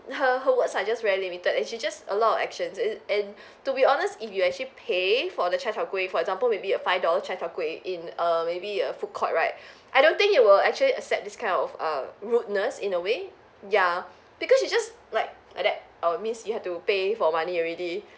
her her words are just very limited and she just a lot of actions and and to be honest if you actually pay for the chai tow kueh for example maybe a five dollar chai tow kueh in uh maybe a food court right I don't think you will actually accept this kind of err rudeness in a way ya because she just like like that err means you have to pay for money already